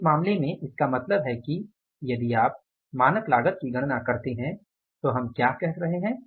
तो इस मामले में इसका मतलब है कि यदि आप मानक लागत की गणना करते हैं तो हम क्या कह रहे हैं